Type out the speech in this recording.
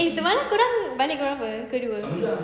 eh semalam korang balik pukul berapa pukul dua